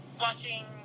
watching